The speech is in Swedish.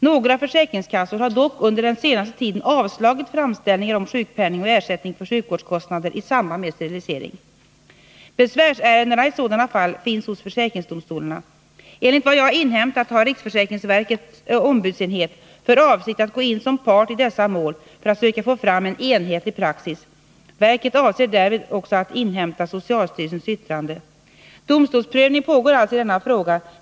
Några försäkringskassor har dock under den senaste tiden avslagit framställningar om sjukpenning och ersättning för sjukvårdskostnader i samband med sterilisering. Besvärsärenden i sådana fall finns hos försäkringsdomstolarna. Enligt vad jag inhämtat har riksförsäkringsverkets ombudsenhet för avsikt att gå in som part i dessa mål för att söka få fram en enhetlig praxis. Verket avser därvid också att inhämta socialstyrelsens yttrande. Domstolsprövning pågår alltså i denna fråga.